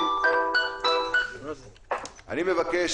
אני מבקש